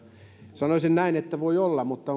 sanoisin näin että voi olla mutta